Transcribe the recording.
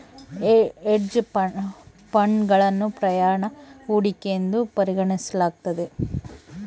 hedge ಫಂಡ್ಗಳನ್ನು ಪರ್ಯಾಯ ಹೂಡಿಕೆ ಎಂದು ಪರಿಗಣಿಸಲಾಗ್ತತೆ